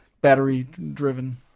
Battery-driven